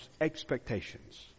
expectations